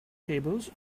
tables